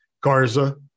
Garza